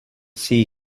see